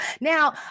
Now